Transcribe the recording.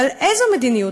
אבל איזו מדיניות?